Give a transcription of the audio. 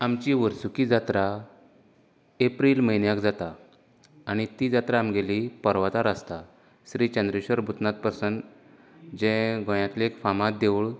आमची वर्सुकी जात्रा एप्रिल म्हयन्यांत जाता आनी ती जात्रां आमगेली पर्वतार आसता श्री चंद्रेश्वर भुतनाथ प्रसन्न जे गोयांतले एक फामाद देवूळ